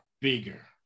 bigger